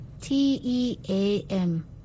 T-E-A-M